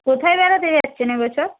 কোথায় বেড়াতে যাচ্ছেন এ বছর